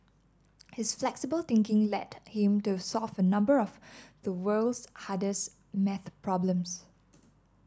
his flexible thinking led him to solve a number of the world's hardest maths problems